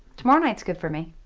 tomorrow nights good for me.